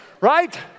Right